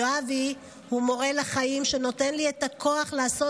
יואבי הוא מורה לחיים שנותן לי את הכוח לעשות